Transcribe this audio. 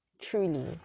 Truly